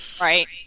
Right